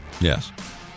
Yes